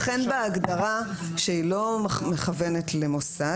לכן בהגדרה שהיא לא מכוונת למוסד,